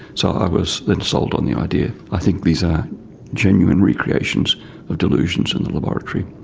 so i was then sold on the idea i think these are genuine recreations of delusions in the laboratory.